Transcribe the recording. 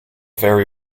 very